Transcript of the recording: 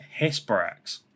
Hesperax